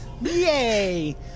Yay